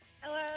Hello